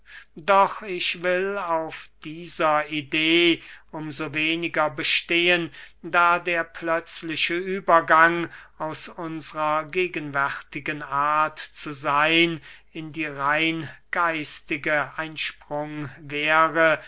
doch ich will auf dieser idee um so weniger bestehen da der plötzliche übergang aus unsrer gegenwärtigen art zu seyn in die rein geistige ein sprung wäre